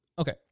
Okay